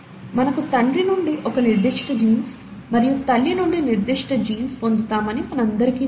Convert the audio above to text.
మనకు తండ్రి నుండి ఒక నిర్దిష్ట జీన్స్ మరియు తల్లి నుండి నిర్దిష్ట జీన్స్ పొందుతామని మనందరికీ తెలుసు